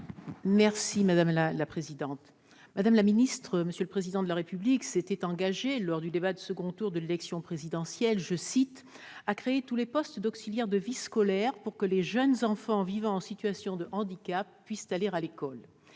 personnes handicapées. Madame la secrétaire d'État, le Président de la République s'était engagé, lors du débat du second tour de l'élection présidentielle, à créer « tous les postes d'auxiliaire de vie scolaire pour que les jeunes enfants vivant en situation de handicap puissent aller à l'école ».